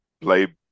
play